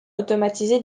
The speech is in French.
automatisé